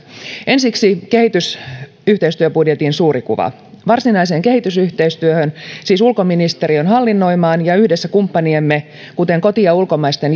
ensiksi kehitysyhteistyöbudjetin suuri kuva varsinaiseen kehitysyhteistyöhön siis ulkoministeriön hallinnoimaan ja yhdessä kumppaniemme kuten koti ja ulkomaisten